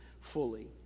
fully